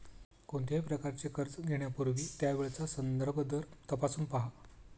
कोणत्याही प्रकारचे कर्ज घेण्यापूर्वी त्यावेळचा संदर्भ दर तपासून पहा